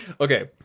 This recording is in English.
Okay